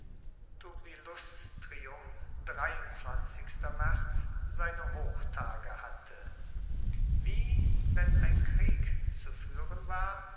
seine hochtage hatte wie wenn ein krieg zu fuehren war